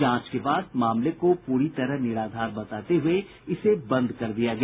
जांच के बाद मामले को पूरी तरह निराधार बताते हुए इसे बंद कर दिया गया